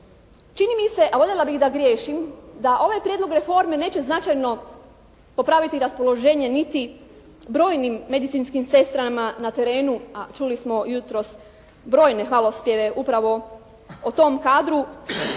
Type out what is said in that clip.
Čini mi se a voljela bih da griješim da ovaj prijedlog reforme neće značajno popraviti raspoloženje niti brojnim medicinskim sestrama na terenu a čuli smo jutros brojne hvalospjeve upravo o tom kadru.